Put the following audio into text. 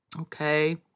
Okay